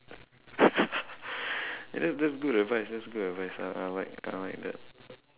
eh that that's good advice that's good advice I I like I like that